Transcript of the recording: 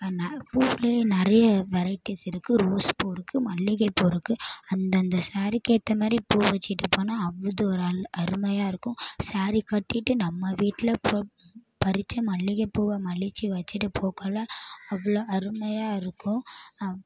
ஆனால் பூவுலயே நிறைய வெரைட்டிஸ் இருக்கு ரோஸ் பூ இருக்கு மல்லிகைப் பூ இருக்கு அந்தெந்த சாரீக்கு ஏத்தமாதிரி பூவை வச்சிவிட்டு போனா அருமையாகருக்கும் சாரீ கட்டிகிட்டு நம்ம வீட்டில் இப்போ பறிச்ச மல்லிகைப் பூவை மலிச்சி வச்சிவிட்டுப்போக்குள்ள அவ்வளோ அருமையாகருக்கும்